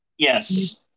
Yes